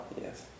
Yes